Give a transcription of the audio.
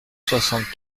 soixante